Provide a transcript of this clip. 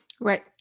right